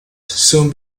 soon